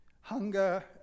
hunger